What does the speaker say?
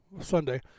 Sunday